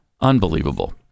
Unbelievable